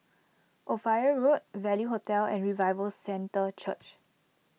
Ophir Road Value Hotel and Revival Centre Church